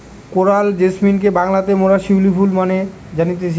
coral জেসমিনকে বাংলাতে মোরা শিউলি ফুল মানে জানতেছি